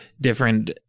different